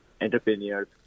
entrepreneurs